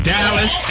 Dallas